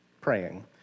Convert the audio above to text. praying